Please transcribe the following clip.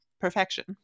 Perfection